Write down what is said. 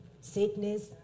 sickness